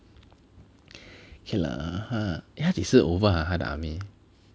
okay lah !huh! eh 它几时 over ah 他的 army